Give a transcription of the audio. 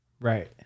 Right